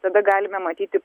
tada galime matyti